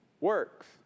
works